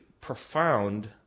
profound